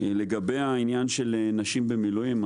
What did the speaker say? לגבי העניין של נשים במילואים.